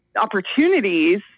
opportunities